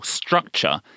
structure